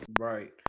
Right